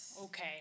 Okay